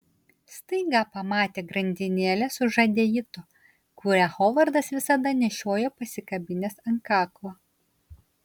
staiga pamatė grandinėlę su žadeitu kurią hovardas visada nešiojo pasikabinęs ant kaklo